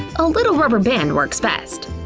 a little rubber band works best.